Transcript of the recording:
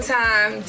time